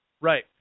Right